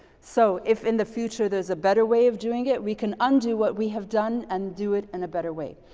so if in the future there's a better way of doing it, we can undo what we have done and do it in a better way.